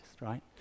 right